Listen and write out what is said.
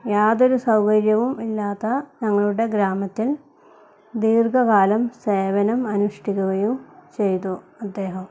യാതൊരു സൗകര്യവും ഇല്ലാത്ത ഞങ്ങളുടെ ഗ്രാമത്തിൽ ദീർഘകാലം സേവനം അനുഷ്ഠിക്കുകയും ചെയ്തു അദ്ദേഹം